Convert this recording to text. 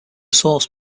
source